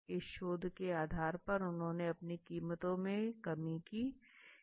इस शोध के आधार पर उन्होंने अपनी कीमतों में कमी की हैं